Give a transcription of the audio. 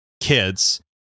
kids